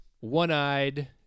one-eyed